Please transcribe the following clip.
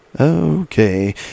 Okay